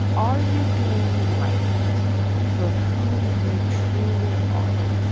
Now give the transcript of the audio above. are you being liked for who you truly are,